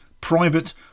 private